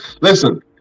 listen